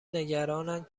نگرانند